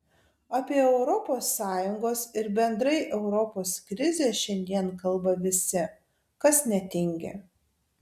apie europos sąjungos ir bendrai europos krizę šiandien kalba visi kas netingi